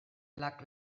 black